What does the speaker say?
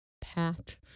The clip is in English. Pat